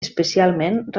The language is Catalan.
especialment